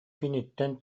киниттэн